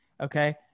Okay